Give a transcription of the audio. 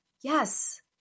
Yes